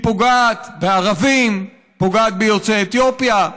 היא פוגעת בערבים, פוגעת ביוצאי אתיופיה,